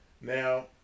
Now